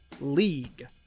league